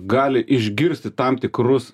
gali išgirsti tam tikrus